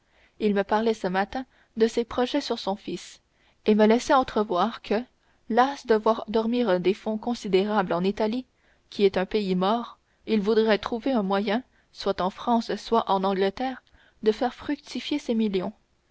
il me parlait ce matin de ses projets sur son fils et me laissait entrevoir que las de voir dormir des fonds considérables en italie qui est un pays mort il voudrait trouver un moyen soit en france soit en angleterre de faire fructifier ses millions